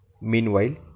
Meanwhile